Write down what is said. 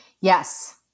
Yes